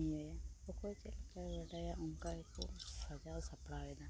ᱤᱭᱟᱹᱭᱟ ᱚᱠᱚᱭ ᱪᱮᱫ ᱞᱮᱠᱟᱭ ᱵᱟᱰᱟᱭᱟ ᱚᱱᱠᱟ ᱜᱮᱠᱚ ᱥᱟᱡᱟᱣ ᱥᱟᱯᱲᱟᱣ ᱮᱫᱟ